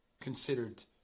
considered